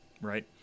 Right